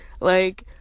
Like-